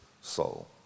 soul